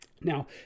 Now